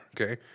okay